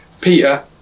Peter